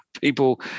people